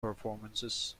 performances